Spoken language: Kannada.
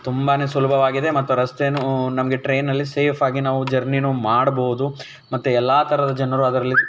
ತುಂಬನೇ ಸುಲಭವಾಗಿದೆ ಮತ್ತು ರಸ್ತೆಯೂ ನಮಗೆ ಟ್ರೈನಲ್ಲಿ ಸೇಫಾಗಿ ನಾವು ಜರ್ನಿಯೂ ಮಾಡ್ಬೋದು ಮತ್ತೆ ಎಲ್ಲ ಥರದ ಜನರು ಅದರಲ್ಲಿ